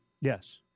Yes